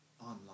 online